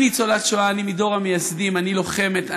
אני ניצולת שואה, אני מדור המייסדים, אני לוחמת.